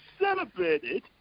Celebrated